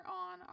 on